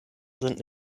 sind